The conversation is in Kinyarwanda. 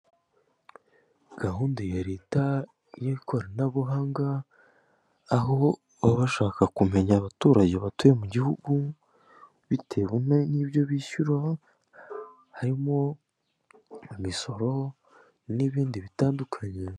Gahunda ya leta ni ikoranabuhanga, aho bashaka kumenya abaturage batuye mu gihugu, bitewe n'ibyo bishyura harimo imisoro n'ibindi bitandukanye.